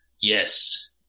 yes